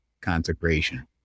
consecration